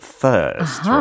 first